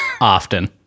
often